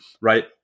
right